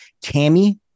Tammy